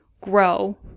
grow